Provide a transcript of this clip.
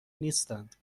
نیستند